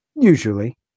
Usually